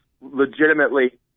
legitimately